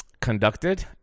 conducted